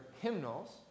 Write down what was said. hymnals